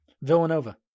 Villanova